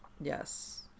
yes